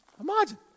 Imagine